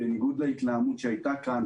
בניגוד להתלהמות שהייתה כאן.